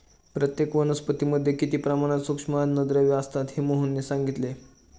प्रत्येक वनस्पतीमध्ये किती प्रमाणात सूक्ष्म अन्नद्रव्ये असतात हे मोहनने सांगितले